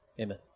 Amen